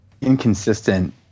inconsistent